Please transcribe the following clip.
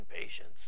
patience